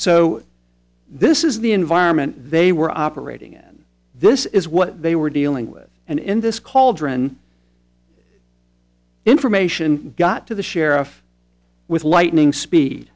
so this is the environment they were operating at this is what they were dealing with and in this cauldron information got to the sheriff with lightning speed